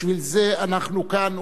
בשביל זה אנחנו כאן.